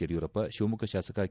ಯಡಿಯೂರಪ್ಪ ಶಿವಮೊಗ್ಗ ಶಾಸಕ ಕೆ